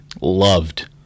loved